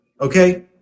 Okay